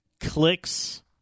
clicks